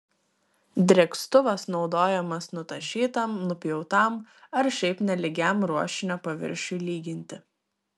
drėkstuvas naudojamas nutašytam nupjautam ar šiaip nelygiam ruošinio paviršiui lyginti